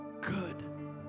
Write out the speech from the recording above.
good